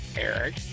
Eric